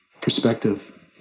perspective